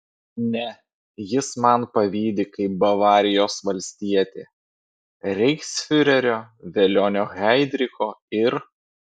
ne jis man pavydi kaip bavarijos valstietė reichsfiurerio velionio heidricho ir